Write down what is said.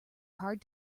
hard